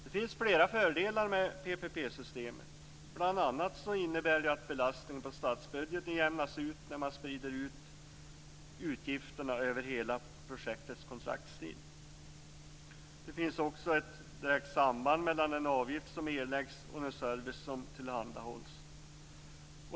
Det finns flera fördelar med PPP-systemet. Bl.a. innebär det att belastningen på statsbudgeten jämnas ut när utgifterna sprids över projektets hela kontraktstid. Det finns också ett direkt samband mellan den avgift som erläggs och den service som tillhandahålls.